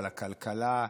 לכלכלה,